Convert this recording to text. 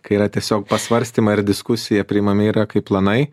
kai yra tiesiog pasvarstymai ir diskusija priimami yra kaip planai